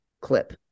clip